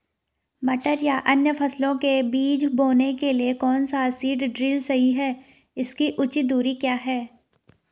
मटर या अन्य फसलों के बीज बोने के लिए कौन सा सीड ड्रील सही है इसकी उचित दूरी क्या है?